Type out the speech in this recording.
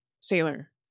Sailor